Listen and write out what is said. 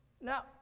Now